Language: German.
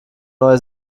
neue